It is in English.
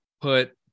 put